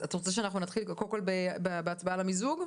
נתחיל בהצבעה על המיזוג?